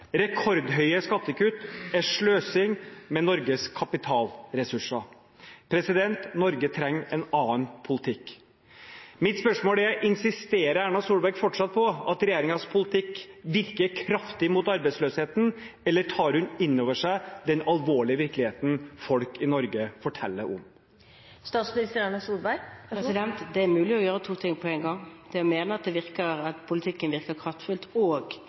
Rekordhøye skattekutt er sløsing med Norges kapitalressurser. Norge trenger en annen politikk. Mitt spørsmål er: Insisterer Erna Solberg fortsatt på at regjeringens politikk virker kraftig mot arbeidsløsheten, eller tar hun inn over seg den alvorlige virkeligheten folk i Norge forteller om? Det er mulig å gjøre to ting på én gang: det å mene at politikken virker kraftfullt, og